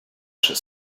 she